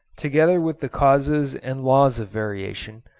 together with the causes and laws of variation,